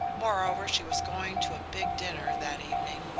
moreover, she was going to a big dinner that evening,